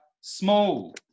small